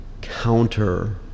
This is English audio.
counter